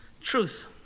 truth